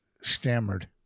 stammered